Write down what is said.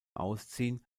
ausziehen